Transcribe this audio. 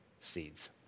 seeds